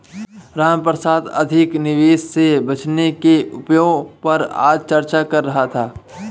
रामप्रसाद अधिक निवेश से बचने के उपायों पर आज चर्चा कर रहा था